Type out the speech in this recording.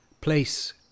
Place